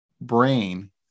brain